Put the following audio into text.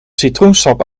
citroensap